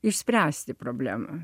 išspręsti problemą